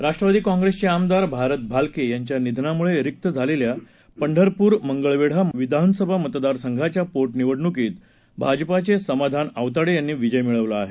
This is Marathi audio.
राष्ट्रवादी काँग्रेसचे आमदार भारत भालके यांच्या निधनामुळे रिक्त झालेल्या पंढरपूर मंगळवेढा विधानसभा मतदारसंघाच्या पोटनिवडणुकीत भाजपाचे समाधान आवताडे यांनी विजय मिळवला आहे